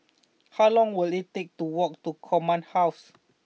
how long will it take to walk to Command House